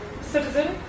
citizen